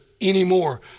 anymore